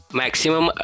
maximum